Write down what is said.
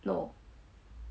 lor